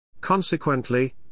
Consequently